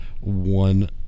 one